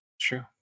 True